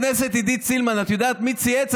חברת הכנסת עידית סילמן, את יודעת מי צייץ?